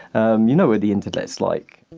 um you know what the internet's like